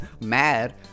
mad